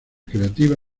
creativa